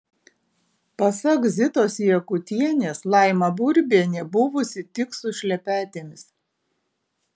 pasak zitos jakutienės laima burbienė buvusi tik su šlepetėmis